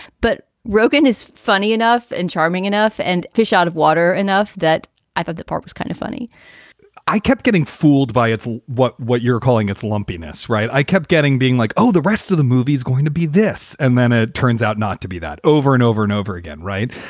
but rogen is funny enough and charming enough and fish out of water enough that i thought the part was kind of funny i kept getting fooled by. it's what what you're calling it's lumpiness, right? i kept getting being like, oh, the rest of the movie's going to be this. and then it ah turns out not to be that over and over and over again. right.